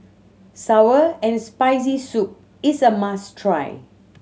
sour and Spicy Soup is a must try